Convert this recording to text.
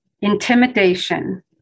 intimidation